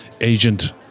Agent